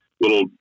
little